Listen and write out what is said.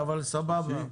הוא גם יום חגיגי,